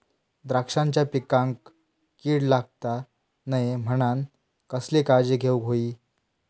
द्राक्षांच्या पिकांक कीड लागता नये म्हणान कसली काळजी घेऊक होई?